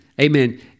Amen